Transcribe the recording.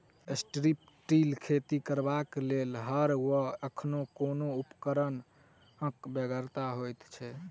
strip till खेती करबाक लेल हर वा एहने कोनो उपकरणक बेगरता होइत छै